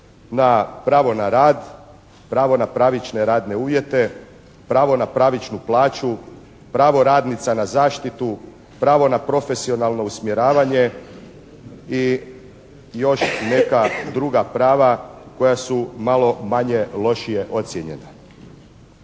na pravo na rad, pravo na pravične radne uvjete, pravo na pravičnu plaću, pravo radnica na zaštitu. Pravo na profesionalno usmjeravanje i još neka druga prava koja su malo manje, lošije ocjenjena.